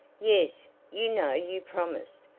yes you know you promised,